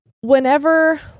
whenever